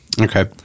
okay